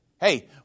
Hey